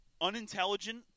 unintelligent